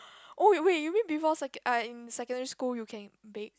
oh wait you mean before before uh in secondary school you can bake